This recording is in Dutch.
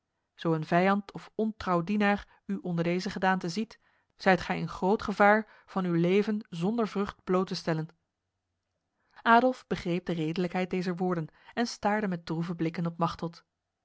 zo een vijand of ontrouw dienaar u onder deze gedaante ziet zijt gij in groot gevaar van uw leven zonder vrucht bloot te stellen adolf begreep de redelijkheid dezer woorden en staarde met droeve blikken op machteld